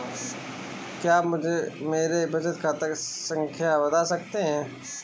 क्या आप मुझे मेरे बचत खाते की खाता संख्या बता सकते हैं?